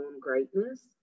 greatness